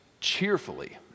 cheerfully